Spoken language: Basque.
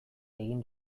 egin